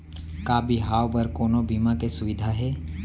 का बिहाव बर कोनो बीमा के सुविधा हे?